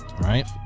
Right